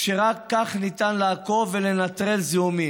רק כך ניתן לעקוב ולנטרל זיהומים.